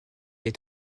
est